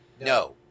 No